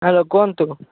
ଆଜ୍ଞା କୁହନ୍ତୁ